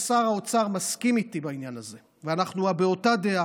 ושר האוצר מסכים איתי בעניין הזה ואנחנו באותה דעה: